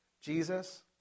Jesus